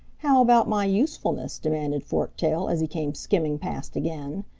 how about my usefulness? demanded forktail, as he came skimming past again.